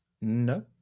No